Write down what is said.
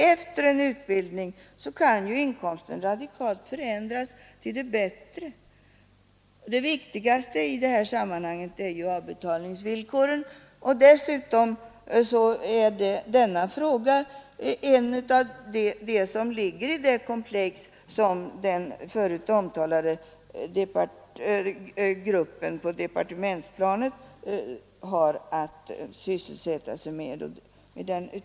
Efter en utbildning kan ju inkomsten radikalt förändras till det bättre. Det viktigaste i det här sammanhanget är naturligtvis avbetalningsvillkoren. Dessutom är denna fråga en av dem som ligger i det komplex som den förut omtalade gruppen på departementsplanet har att sysselsätta sig med.